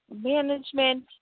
management